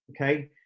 Okay